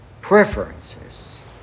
preferences